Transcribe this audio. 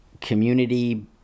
community